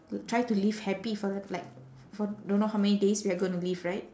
try to live happy for the like for don't know how many days we are gonna live right